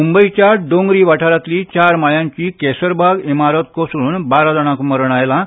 मुंबयच्या डोंगरी वाठारांतली चार माळ्यांची केसरबाग इमारत कोसळून बारा जाणांक मरण आयलां